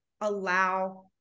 allow